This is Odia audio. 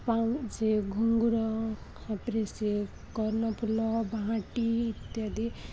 ପାଉଁଜି ଘୁଙ୍ଗୁର ତା'ପରେ ସେ କର୍ଣ୍ଣଫୁଲ ବାହାଟି ଇତ୍ୟାଦି